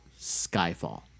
Skyfall